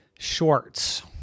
Shorts